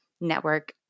network